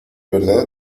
verdad